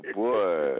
boy